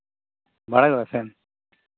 ᱥᱮᱱ